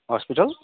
hospital